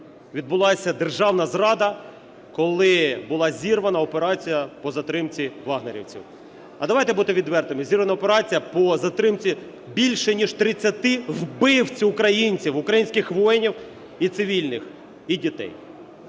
відбулася державна зрада, коли була зірвана операція по затримці "вагнерівців", а, давайте будемо відвертими, зірвана операція по затримці більше ніж 30 вбивць українців, українських воїнів, і цивільних, і дітей.